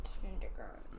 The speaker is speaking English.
kindergarten